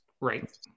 right